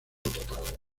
total